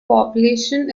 population